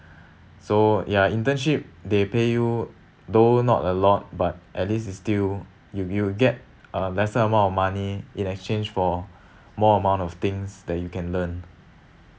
so ya internship they pay you though not a lot but at least it's still you you'll get a lesser amount of money in exchange for more amount of things that you can learn